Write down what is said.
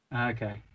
Okay